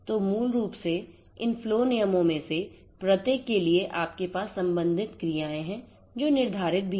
तो मूल रूप से इन फ्लो नियमों में से प्रत्येक के लिए आपके पास संबंधित क्रियाएं हैं जो निर्धारित भी हैं